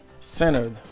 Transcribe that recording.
centered